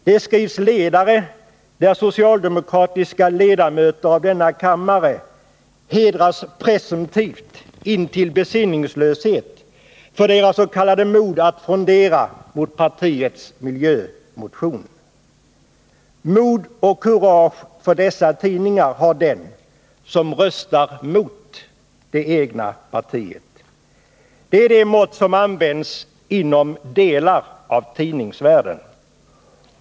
Det skrivs ledare där socialdemokratiska ledamöter av denna kammare hedras intill besinningslöshet för sitt presumtiva s.k. mod att frondera mot partiets miljömotion. Mod och kurage har för dessa tidningar den som röstar mot det egna partiet. Det är det mått som används inom delar av tidningsvärlden.